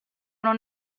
non